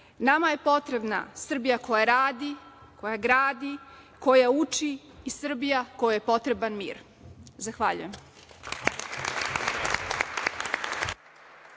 nama je potrebna Srbija koja radi, koja gradi, koja uči i Srbija kojoj je potreban mir. Zahvaljujem.